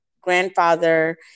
grandfather